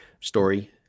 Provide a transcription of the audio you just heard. Story